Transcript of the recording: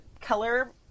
color